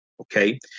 okay